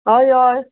अय अय